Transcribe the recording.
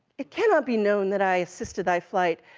it cannot be known that i assisted thy flight,